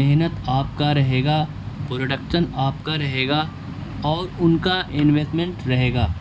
محنت آپ کا رہے گا پروڈکشن آپ کا رہے گا اور ان کا انویسمنٹ رہے گا